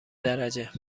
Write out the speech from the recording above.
درجه